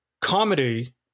comedy